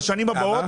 בשנים הבאות